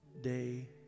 day